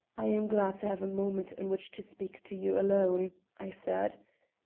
i am glad to have a moment in which to speak to you alone, i said.